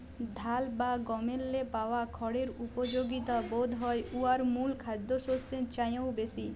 ধাল বা গমেল্লে পাওয়া খড়ের উপযগিতা বধহয় উয়ার মূল খাদ্যশস্যের চাঁয়েও বেশি